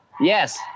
Yes